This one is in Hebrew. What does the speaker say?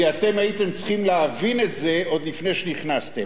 כי אתם הייתם צריכים להבין את זה עוד לפני שנכנסתם,